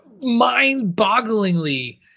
mind-bogglingly